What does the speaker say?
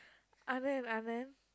Anand Anand